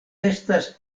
estas